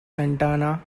santana